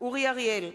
אורי אריאל,